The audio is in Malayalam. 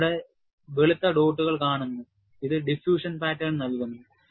നിങ്ങൾ ഇവിടെ വെളുത്ത ഡോട്ടുകൾ കാണുന്നു ഇത് ഡിഫ്യൂഷൻ പാറ്റേൺ നൽകുന്നു